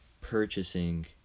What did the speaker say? purchasing